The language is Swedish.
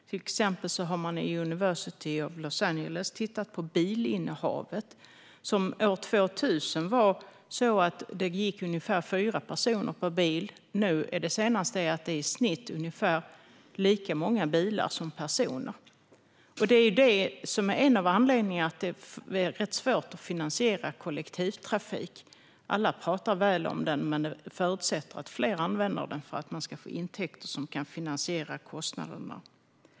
Till exempel har man vid University of Los Angeles tittat på bilinnehavet. År 2000 gick det ungefär fyra personer per bil. Nu är det i snitt ungefär lika många bilar som personer. Detta är en av anledningarna till att det är svårt att finansiera kollektivtrafik. Alla pratar väl om den, men det förutsätts att fler använder den för att man ska få intäkter som kan finansiera kostnaderna.